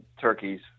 turkeys